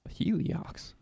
Heliox